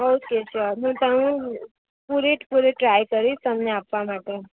okay sure હું પૂરેપૂરી try કરીશ તમને આપવા માટે